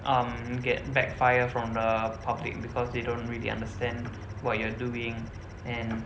um you get backfire from the public because they don't really understand what you're doing and